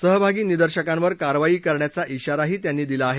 सहभागी निदर्शकांवर कारवाई करण्याचा इशाराही त्यांनी दिला आहे